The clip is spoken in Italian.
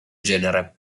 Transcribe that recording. genere